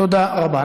תודה רבה.